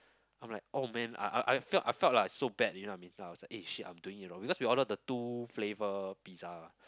I'm like oh man I I I felt I felt like so bad you know what I mean then I was like eh shit I'm doing it wrong because we ordered the two flavour pizza lah